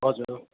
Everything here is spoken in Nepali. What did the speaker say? हजुर हो